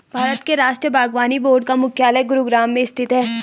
भारत के राष्ट्रीय बागवानी बोर्ड का मुख्यालय गुरुग्राम में स्थित है